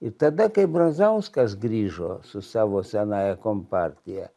ir tada kai brazauskas grįžo su savo senąja kompartija